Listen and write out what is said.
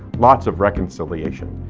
lots of reconciliation.